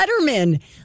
Letterman